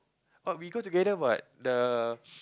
but we go together what the